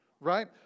right